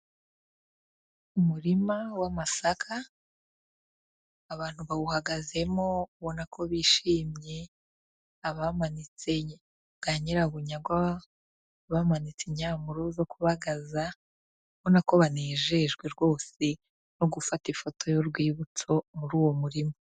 Umurima w'amasaka, abantu bawuhagazemo ubona ko bishimye, abamanitse bwa nyirabunyagwa, abamanitse inyamuro zo kubagaza, ubona ko banejejwe rwose no gufata ifoto y'urwibutso muri uwo murima.